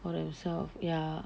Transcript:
for themselves ya